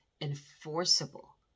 enforceable